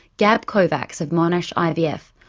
gab kovacs of monash ivf,